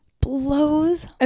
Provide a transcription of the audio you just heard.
Blows